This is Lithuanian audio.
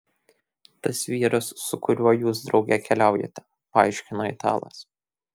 tas vyras su kuriuo jūs drauge keliaujate paaiškino italas